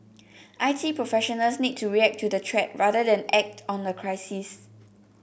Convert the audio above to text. I T professionals need to react to the threat rather than act on the crisis